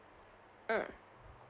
mm